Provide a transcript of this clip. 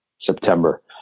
September